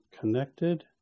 connected